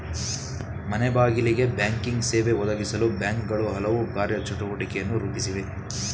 ಮನೆಬಾಗಿಲಿಗೆ ಬ್ಯಾಂಕಿಂಗ್ ಸೇವೆ ಒದಗಿಸಲು ಬ್ಯಾಂಕ್ಗಳು ಹಲವು ಕಾರ್ಯ ಚಟುವಟಿಕೆಯನ್ನು ರೂಪಿಸಿವೆ